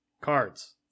Cards